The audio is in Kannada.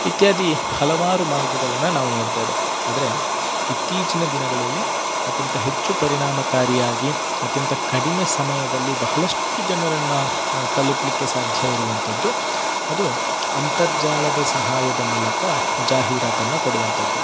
ಇತ್ಯಾದಿ ಹಲವಾರು ಮಾರ್ಗಗಳನ್ನು ನಾವು ನೋಡ್ತೇವೆ ಆದರೆ ಇತ್ತೀಚಿನ ದಿನಗಳಲ್ಲಿ ಅತ್ಯಂತ ಹೆಚ್ಚು ಪರಿಣಾಮಕಾರಿಯಾಗಿ ಅತ್ಯಂತ ಕಡಿಮೆ ಸಮಯದಲ್ಲಿ ಬಹಳಷ್ಟು ಜನರನ್ನು ತಲುಪಲಿಕ್ಕೆ ಸಾಧ್ಯ ಇರುವಂತದ್ದು ಅದು ಅಂತರ್ಜಾಲದ ಸಹಾಯದ ಮೂಲಕ ಜಾಹೀರಾತನ್ನು ಕೊಡುವಂತದ್ದು